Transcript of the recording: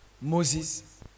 Moses